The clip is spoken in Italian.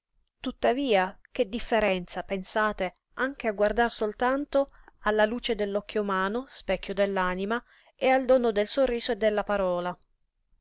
tuttavia che differenza pensate anche a guardar soltanto alla luce dell'occhio umano specchio dell'anima e al dono del sorriso e della parola